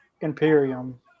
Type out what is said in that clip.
Imperium